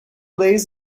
lays